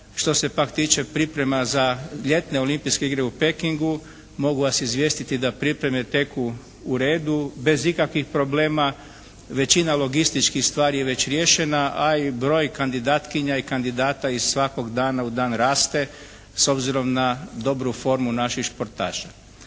Što se pak tiče priprema za Ljetne olimpijske igre u Pekingu mogu vas izvijestiti da pripreme teku u redu, bez ikakvih problema. Većina logističkih stvari je već riješena, a i broj kandidatkinja i kandidata i svakog dana u dan raste s obzirom na dobru formu naših športaša.